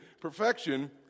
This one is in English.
perfection